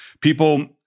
People